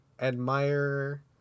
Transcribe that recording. admire –